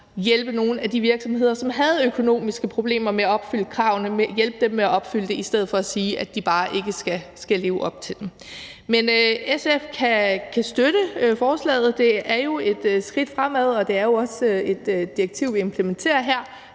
hjælpe nogle af de virksomheder, som havde økonomiske problemer med at opfylde kravene, altså hjælpe dem med det i stedet for at sige, at de bare ikke skal leve op til dem. Men SF kan støtte forslaget. Det er et skridt fremad, og det er jo også et direktiv, vi implementerer her.